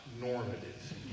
normative